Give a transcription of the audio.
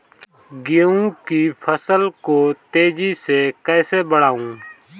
गेहूँ की फसल को तेजी से कैसे बढ़ाऊँ?